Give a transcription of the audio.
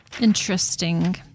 Interesting